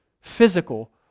physical